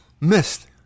missed